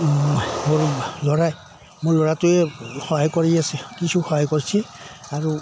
মোৰ ল'ৰাই মোৰ ল'ৰাটোৱে সহায় কৰি আছে কিছু সহায় কৰিছে আৰু